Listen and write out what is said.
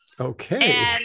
Okay